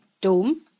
Dome